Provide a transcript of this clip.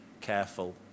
careful